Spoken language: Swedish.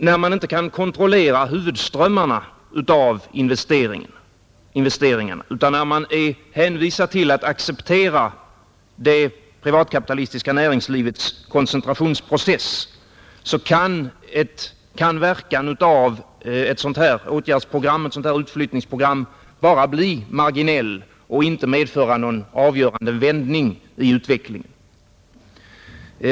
När man inte kan kontrollera huvudströmmarna av investeringar, utan är hänvisad till att acceptera det privatkapitalistiska näringslivets koncentrationsprocess, kan verkan av ett sådant åtgärdsprogram — ett sådant utflyttningsprogram — bara bli marginell och inte medföra någon avgörande ändring i utvecklingen.